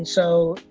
so,